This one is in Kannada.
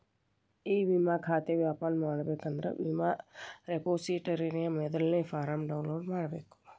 ಇ ವಿಮಾ ಖಾತೆ ಓಪನ್ ಮಾಡಬೇಕಂದ್ರ ವಿಮಾ ರೆಪೊಸಿಟರಿಯ ಮೊದಲ್ನೇ ಫಾರ್ಮ್ನ ಡೌನ್ಲೋಡ್ ಮಾಡ್ಬೇಕ